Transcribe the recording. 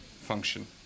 function